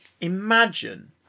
Imagine